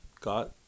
got